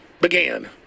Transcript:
Began